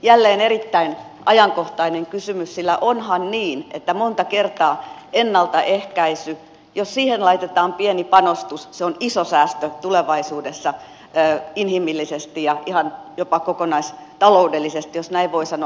jälleen erittäin ajankohtainen kysymys sillä onhan niin että monta kertaa ennaltaehkäisy jos siihen laitetaan pieni panostus on iso säästö tulevaisuudessa inhimillisesti ja ihan jopa kokonaistaloudellisesti jos näin voi sanoa